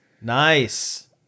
Nice